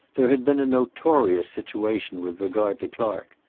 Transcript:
there had been a notorious situation with regard to clark.